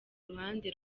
ruhande